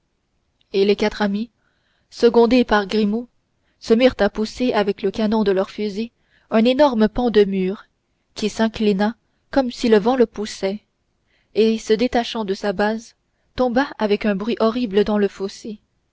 et les quatre amis secondés par grimaud se mirent à pousser avec le canon de leurs fusils un énorme pan de mur qui s'inclina comme si le vent le poussait et se détachant de sa base tomba avec un bruit horrible dans le fossé